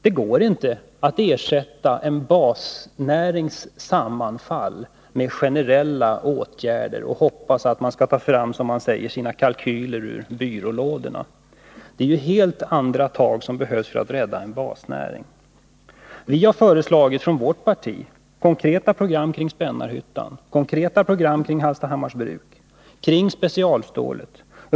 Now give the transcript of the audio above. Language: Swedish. Det går inte att ersätta en basnärings sammanfall med generella åtgärder och hopp om att man, som det sägs, skall ta fram sina kalkyler ur byrålådorna. Det är helt andra tag som behövs för att rädda en basnäring. Vi har från vårt parti föreslagit konkreta program för Spännarhyttan, konkreta program för Hallstahammars bruk och för specialstålet.